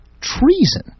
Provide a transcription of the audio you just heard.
Treason